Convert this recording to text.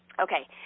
Okay